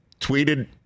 tweeted